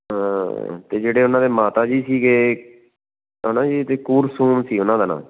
ਅਤੇ ਜਿਹੜੇ ਉਨ੍ਹਾਂ ਦੇ ਮਾਤਾ ਜੀ ਸੀਗੇ ਹੈ ਨਾ ਜੀ ਅਤੇ ਕੁਰਸੂਮ ਸੀ ਉਨ੍ਹਾਂ ਦਾ ਨਾਂ